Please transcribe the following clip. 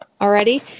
already